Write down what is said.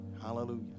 hallelujah